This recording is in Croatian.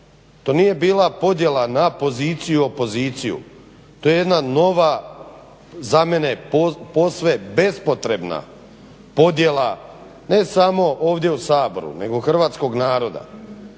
to nije bila podjela na poziciju i opoziciju, to je jedna nova za mene posve bespotrebna podjela ne samo ovdje u Saboru nego hrvatskog naroda.